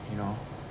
you know